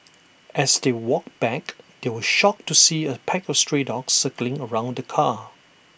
as they walked back they were shocked to see A pack of stray dogs circling around the car